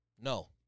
No